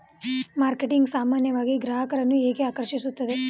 Marketing ಸಾಮಾನ್ಯವಾಗಿ ಗ್ರಾಹಕರನ್ನು ಹೇಗೆ ಆಕರ್ಷಿಸುತ್ತದೆ?